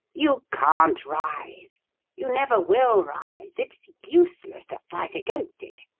you can't rise you never will rise it's useless to fight against it!